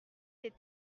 des